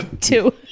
Two